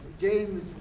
James